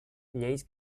lleis